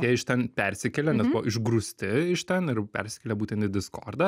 jie iš ten persikėlė nes buvo išgrūsti iš ten ir persikėlė būtent į diskordą